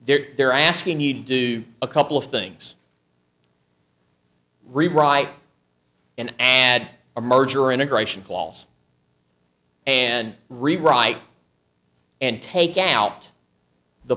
their they're asking you to do a couple of things rewrite and and a merger integration clause and rewrite and take out the